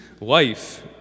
life